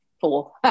four